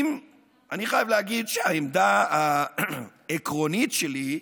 אני חייב להגיד שהעמדה העקרונית שלי,